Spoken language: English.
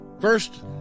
First